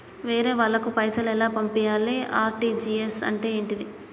వేరే వాళ్ళకు పైసలు ఎలా పంపియ్యాలి? ఆర్.టి.జి.ఎస్ అంటే ఏంటిది?